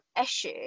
issue